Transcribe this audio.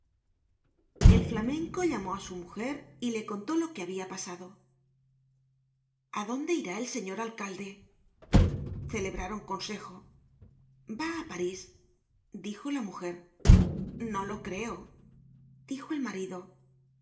el flamenco llamó á su mujer y le contó lo que habia pasado a dónde irá el señor alcalde celebraron consejo va á parís dijola mujer no lo creo dijo el marido